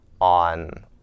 on